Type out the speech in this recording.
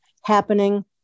happening